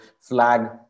flag